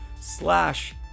slash